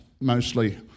mostly